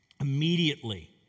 Immediately